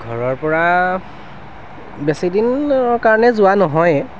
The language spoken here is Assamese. ঘৰৰ পৰা বেছিদিন কাৰণে যোৱা নহয়ে